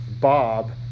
Bob